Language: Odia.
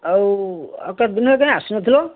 ଆଉ ଆଉ କେତେ ଦିନ ହେଲାଣି କାହିଁ ଆସୁନଥିଲ